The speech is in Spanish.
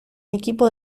equipos